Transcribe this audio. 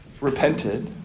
repented